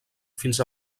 fins